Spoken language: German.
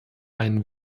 ein